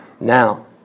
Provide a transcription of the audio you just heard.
now